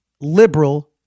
liberal